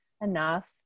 enough